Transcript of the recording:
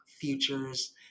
Futures